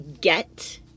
get